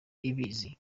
ibizi